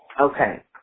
Okay